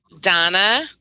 Donna